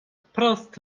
wprost